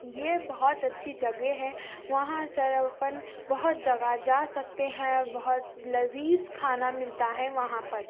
یہ بہت اچھی جگہ ہے وہاں سر اب پن بہت جگہ جا سکتے ہیں اور بہت لذیذ کھانا ملتا ہے وہاں پر